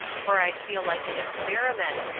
for i feel like an experiment,